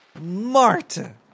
Marta